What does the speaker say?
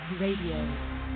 Radio